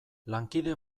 lankide